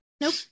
Nope